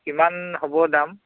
কিমান হ'ব দাম